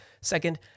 Second